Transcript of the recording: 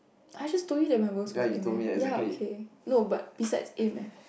I just told you that my worst was A maths ya okay no but besides A maths